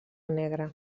negra